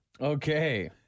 Okay